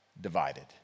divided